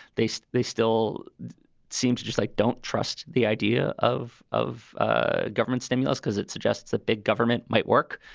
they so they still seem to just like don't trust the idea of of ah government stimulus because it suggests that big government might work.